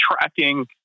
tracking